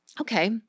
okay